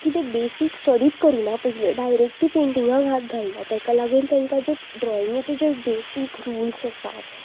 कितें बेसीक स्टडीत करिना पयली डायरेक्ट ती पेंटिंगाक हात घालना ताका लागून तांकां जे ड्रॉइंगेचे जे बेसीक रुल्स आसात